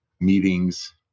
meetings